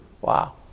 Wow